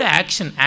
action